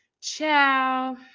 Ciao